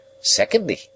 secondly